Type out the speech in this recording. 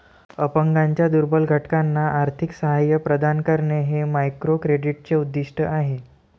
अपंगांच्या दुर्बल घटकांना आर्थिक सहाय्य प्रदान करणे हे मायक्रोक्रेडिटचे उद्दिष्ट आहे